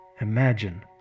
Imagine